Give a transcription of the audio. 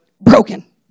broken